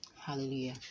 Hallelujah